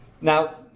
Now